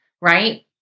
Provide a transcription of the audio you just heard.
right